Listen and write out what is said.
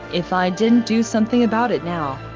if i didn't do something about it now.